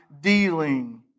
dealing